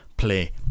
play